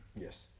yes